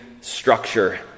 structure